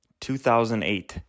2008